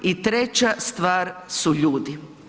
I treća stvar su ljudi.